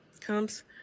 comes